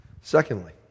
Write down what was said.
Secondly